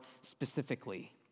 specifically